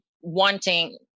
wanting